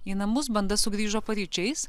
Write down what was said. į namus banda sugrįžo paryčiais